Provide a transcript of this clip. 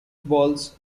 balls